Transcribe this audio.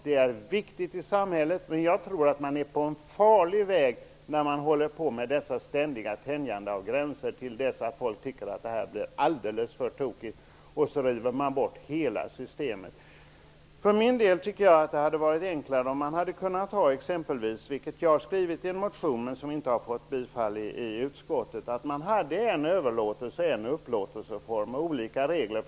Det är en viktig angelägenhet i vårt samhälle, men jag tror att man är ute på en farlig väg när man ständigt tänjer gränser. När folk till slut tycker att det blir alldeles för tokigt kommer man då att riva bort hela systemet. För min del tycker jag att det hade varit enklare att ha exempelvis, vilket jag har skrivit i en motion som inte har tillstyrkts av utskottet, en överlåtelseform och en upplåtelseform med skilda regler.